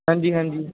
ਹਾਂਜੀ ਹਾਂਜੀ